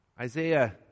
Isaiah